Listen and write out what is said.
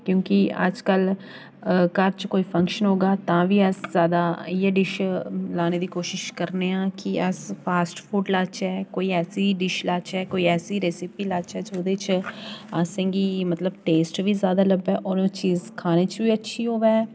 क्योंकि अज्जकल घर च कोई फ़ंक्शन होगा तां बी अस ज्यादा इ'यै डिश लाने दी कोशश करने आं कि अस फ़ास्ट फ़ूड लाचै कोई ऐसी डिश लाचै कोई ऐसी रैस्पी लाचै जोह्दे च असेंगी मतलब टेस्ट बी ज्यादा लब्भै होर ओह् चीज़ खाने च बी अच्छी होवै